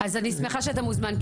אני שמחה שאתה מוזמן,